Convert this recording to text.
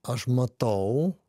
aš matau